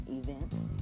events